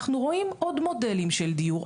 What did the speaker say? אנחנו רואים עוד מודלים של דיור,